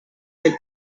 elle